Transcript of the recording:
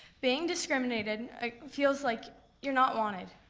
being discriminated feels like you're not wanted.